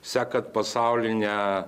sekat pasaulinę